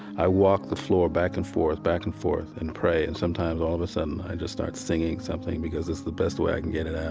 i walk the floor back and forth, back and forth and pray. and sometimes, all of sudden, i just start singing something because it's the best way i can get it